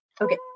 Okay